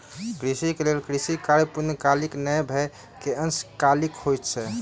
कृषक लेल कृषि कार्य पूर्णकालीक नै भअ के अंशकालिक होइत अछि